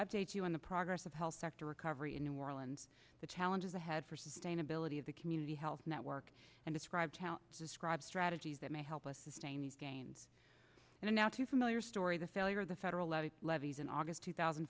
update you on the progress of health sector recovery in new orleans the challenges ahead for sustainability of the community health network and described describes strategies that may help us sustain these gains and are now too familiar story the failure of the federal levee levees in august two thousand